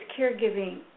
caregiving